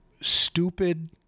stupid